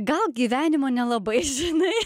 gal gyvenimo nelabai žinai